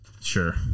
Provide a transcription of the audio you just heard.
Sure